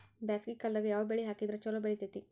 ಬ್ಯಾಸಗಿ ಕಾಲದಾಗ ಯಾವ ಬೆಳಿ ಹಾಕಿದ್ರ ಛಲೋ ಬೆಳಿತೇತಿ?